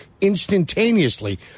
instantaneously